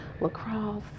lacrosse